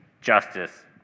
justice